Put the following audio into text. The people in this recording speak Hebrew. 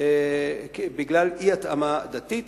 בגלל אי-התאמה דתית,